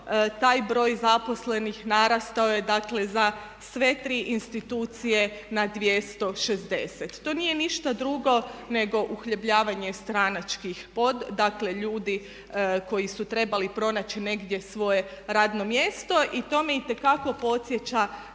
taj broj zaposlenih narastao je, dakle za sve tri institucije na 260. To nije ništa drugo nego uhljebljavanje stranačkih, dakle ljudi koji su trebali pronaći negdje svoje radno mjesto. I to me itekako podsjeća